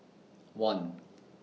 one